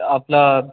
आपलं